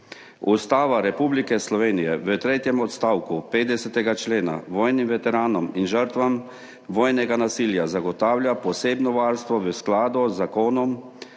Ustava Republike Slovenije v tretjem odstavku 50. člena vojnim veteranom in žrtvam vojnega nasilja zagotavlja posebno varstvo, v skladu z zakonom